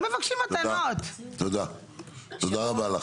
תודה רבה לך.